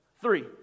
Three